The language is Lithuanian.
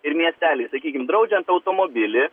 ir miesteliai sakykim draudžiant automobilį